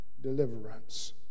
deliverance